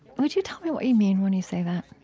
would you tell me what you mean when you say that?